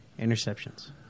interceptions